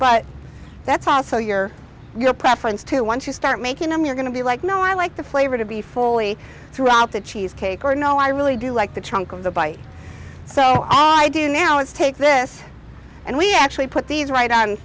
but that's also your your preference to once you start making them you're going to be like no i like the flavor to be fully throughout the cheesecake or no i really do like the chunk of the bite so i do now is take this and we actually put these right on